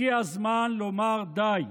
הגיע הזמן לומר די.